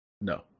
No